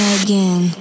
again